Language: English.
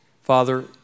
Father